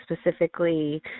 specifically